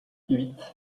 huit